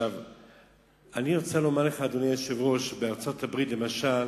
אדוני היושב-ראש, בארצות-הברית, למשל,